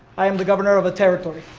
i am the governor of a territory.